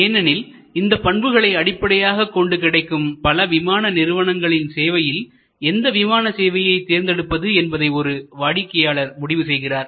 ஏனெனில் இந்த பண்புகளை அடிப்படையாகக் கொண்டு கிடைக்கும் பல விமான நிறுவனங்களின் சேவையில் எந்த விமான சேவையை தேர்ந்தெடுப்பது என்பதை ஒரு வாடிக்கையாளர் முடிவு செய்கிறார்